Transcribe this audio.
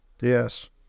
Yes